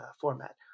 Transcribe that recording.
format